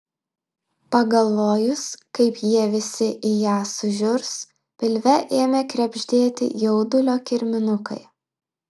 pagalvojus kaip jie visi į ją sužiurs pilve ėmė krebždėti jaudulio kirminukai